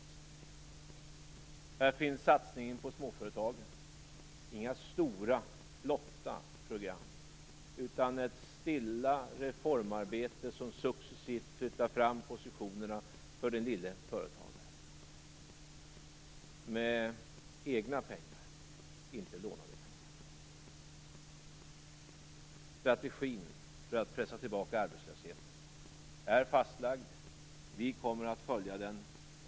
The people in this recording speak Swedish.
Här finns satsningen på småföretagen, inte stora flotta program utan ett stilla reformarbete som successivt flyttar fram positionerna för den lille företagaren, med egna pengar, inte lånade pengar. Strategin för att pressa tillbaka arbetslösheten är fastlagd.